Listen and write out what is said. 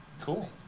Cool